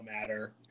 matter